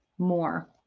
more